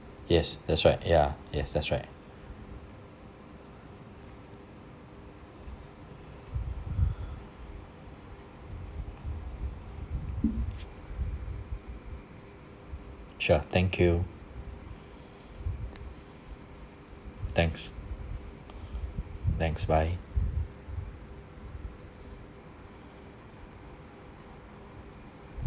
yes that's right ya yes that's right sure thank you thanks thanks bye